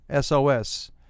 SOS